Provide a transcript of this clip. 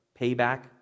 payback